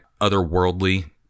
otherworldly